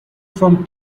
from